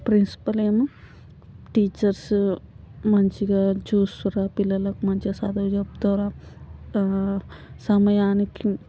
principal ఏమో teachers మంచిగా చూస్తుర్రా పిల్లలకు మంచిగా చదువు చెప్తుర్రా ఆ సమయానికి